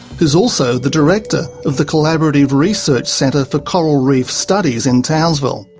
who's also the director of the collaborative research centre for coral reef studies in townsville.